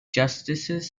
justices